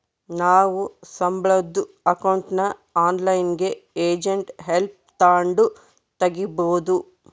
ನಾವು ಸಂಬುಳುದ್ ಅಕೌಂಟ್ನ ಆನ್ಲೈನ್ನಾಗೆ ಏಜೆಂಟ್ ಹೆಲ್ಪ್ ತಾಂಡು ತಗೀಬೋದು